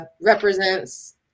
represents